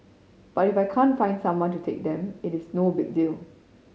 but if I can't find someone to take them it is no big deal